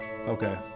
okay